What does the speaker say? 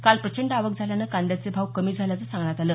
काल प्रचंड आवक झाल्याने कांद्याचे भाव कमी झाल्याचं सांगण्यात आलं